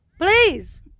Please